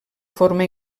forma